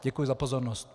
Děkuji za pozornost.